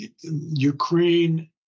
Ukraine